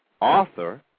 Author